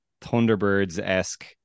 Thunderbirds-esque